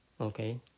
Okay